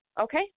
okay